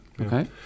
Okay